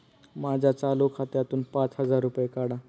माझ्या चालू खात्यातून पाच हजार रुपये काढा